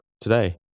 today